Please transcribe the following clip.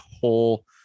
whole